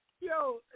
Yo